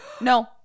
no